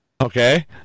Okay